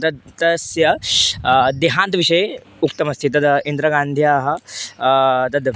तद् तस्य देहान्तविषये उक्तमस्ति तद् इन्दिरागान्ध्याः तद्